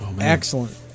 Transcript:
excellent